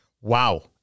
Wow